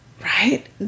right